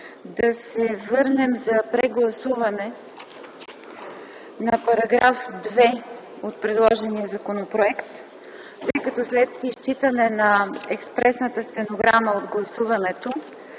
да се върнем за прегласуване на § 2 от предложения законопроект, тъй като след изчитане на експресната стенограма от гласуването